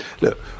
Look